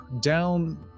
down